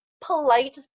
polite